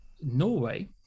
Norway